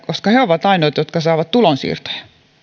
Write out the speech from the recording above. koska he ovat ainoita jotka saavat tulonsiirtoja